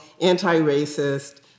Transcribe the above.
anti-racist